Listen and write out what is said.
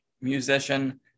musician